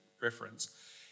reference